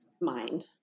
mind